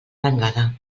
arengada